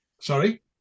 sorry